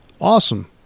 awesome